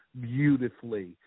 beautifully